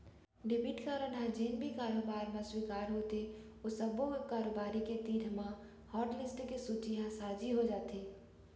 debit card ह जेन भी कारोबार म स्वीकार होथे ओ सब्बो कारोबारी के तीर म हाटलिस्ट के सूची ह साझी हो जाथे